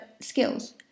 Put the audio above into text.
skills